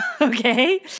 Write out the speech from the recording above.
Okay